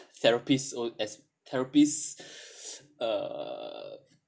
therapist so as therapist uh